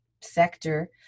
sector